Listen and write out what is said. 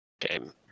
game